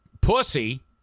pussy